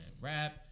rap